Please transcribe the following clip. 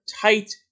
tight